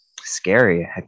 scary